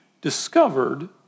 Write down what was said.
discovered